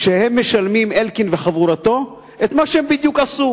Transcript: שאלקין וחבורתו משלמים בדיוק את מה שהם עשו.